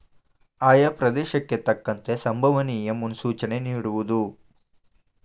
ಆಯಾ ಪ್ರದೇಶಕ್ಕೆ ತಕ್ಕಂತೆ ಸಂಬವನಿಯ ಮುನ್ಸೂಚನೆ ನಿಡುವುದು